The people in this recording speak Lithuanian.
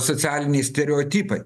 socialiniai stereotipai